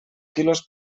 quilos